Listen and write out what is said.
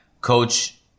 coach